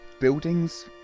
buildings